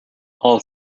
all